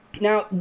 Now